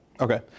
Okay